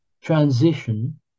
transition